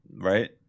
right